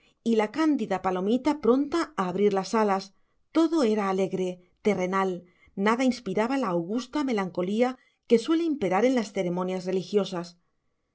y la cándida palomita pronta a abrir las alas todo era alegre terrenal nada inspiraba la augusta melancolía que suele imperar en las ceremonias religiosas